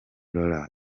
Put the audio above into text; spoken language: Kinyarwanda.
laurent